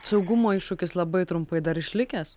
saugumo iššūkis labai trumpai dar išlikęs